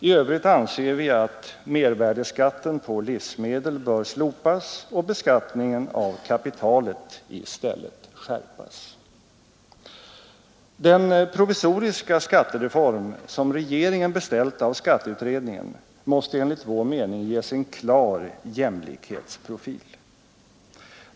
I övrigt anser vi att mervärdeskatten på livsmedel bör slopas och beskattningen av kapitalet i stället skärpas. redningen, måste enligt vår mening ges en klar jämlikhetsprofil.